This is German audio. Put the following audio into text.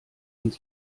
uns